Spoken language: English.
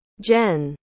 Jen